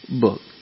book